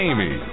Amy